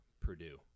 Purdue